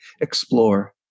explore